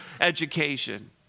education